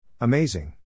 Amazing